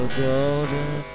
golden